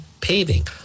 Paving